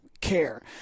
care